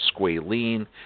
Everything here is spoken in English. squalene